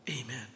Amen